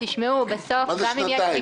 מה זה שנתיים?